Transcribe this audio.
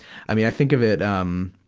i think of it, um,